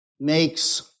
makes